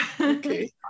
okay